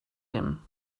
him